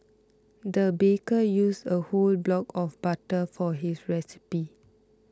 the baker used a whole block of butter for his recipe